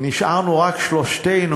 נשארנו רק שלושתנו,